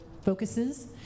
focuses